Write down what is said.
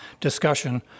discussion